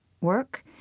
work